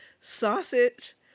sausage